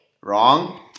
Wrong